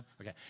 okay